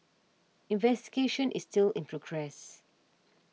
investigation is still in progress